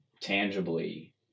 tangibly